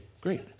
great